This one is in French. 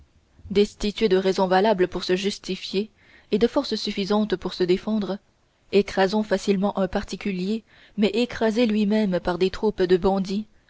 destitué de raisons valables pour se justifier et de forces suffisantes pour se défendre écrasant facilement un particulier mais écrasé lui-même par des troupes de bandits